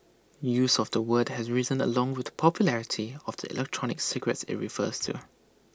use of the word has risen along with the popularity of the electronic cigarettes IT refers to